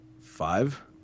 Five